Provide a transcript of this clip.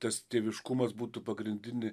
tas tėviškumas būtų pagrindinė